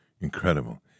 Incredible